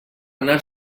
anar